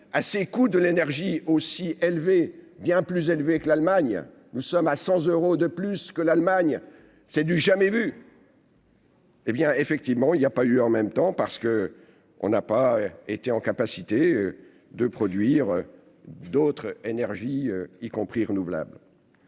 à ses coûts de l'énergie aussi élevés, bien plus élevé que l'Allemagne, nous sommes à 100 euros de plus que l'Allemagne, c'est du jamais vu. Eh bien, effectivement, il y a pas eu en même temps parce que on n'a pas été en capacité de produire d'autres énergies, y compris renouvelables.